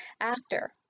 actor